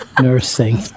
nursing